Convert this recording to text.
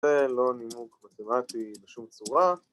‫זה לא נימוק מתמטי בשום צורה.